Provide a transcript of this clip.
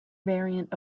variant